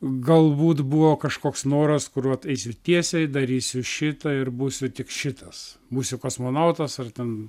galbūt buvo kažkoks noras kuruot eisiu tiesiai darysiu šitą ir būsiu tik šitas būsiu kosmonautas ar ten